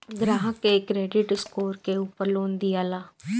ग्राहक के credit score के उपर लोन दियाला